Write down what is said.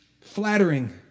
flattering